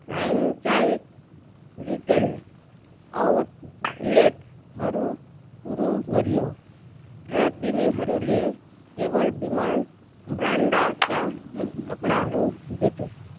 franchise retail आउटलेटहरू सुरु गरियो र तिनीहरूले केवल बिमल ब्रान्डका कपडाहरू बेचे